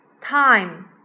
Time